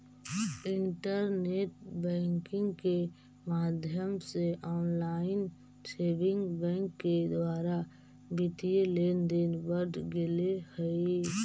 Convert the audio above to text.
internet banking के माध्यम से ऑनलाइन सेविंग बैंक के द्वारा वित्तीय लेनदेन बढ़ गेले हइ